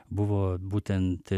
buvo būtent